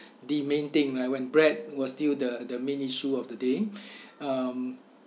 the main thing like when bread was still the the main issue of today um